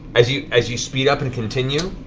as you as you speed up and continue